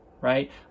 right